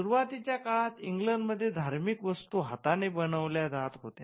सुरुवातीच्या काळात इंग्लंड मध्ये धार्मिक वस्तू हाताने बनवल्या जात होत्या